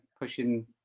pushing